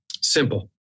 Simple